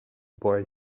boy